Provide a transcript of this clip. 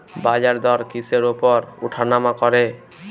বাজারদর কিসের উপর উঠানামা করে?